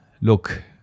look